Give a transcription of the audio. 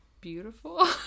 beautiful